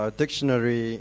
dictionary